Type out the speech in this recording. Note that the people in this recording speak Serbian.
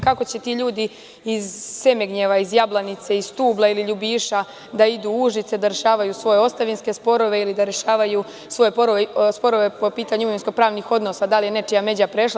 Kako će ti ljudi iz Semegnjeva, iz Labjanice, iz Stubla ili Ljubiša da idu u Užice, da rešavaju svoje ostavinske sporove ili da rešavaju sporove po pitanju imovinsko-pravnih odnosa, da li je nečija međa prešla.